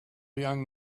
young